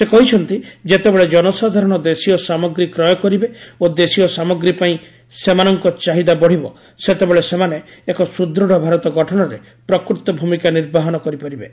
ସେ କହିଛନ୍ତି ଯେତେବେଳେ ଜନସାଧାରଣ ଦେଶୀୟ ସାମଗ୍ରୀ କ୍ରୟ କରିବେ ଓ ଦେଶୀୟ ସାମଗ୍ରୀ ପାଇଁ ସେମାନଙ୍କ ଚାହିଦା ବଢ଼ିବ ସେତେବେଳେ ସେମାନେ ଏକ ସୁଦୃଢ଼ ଭାରତ ଗଠନରେ ପ୍ରକୃତ ଭୂମିକା ନିର୍ବାହନ କରିପାରିବେ